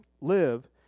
live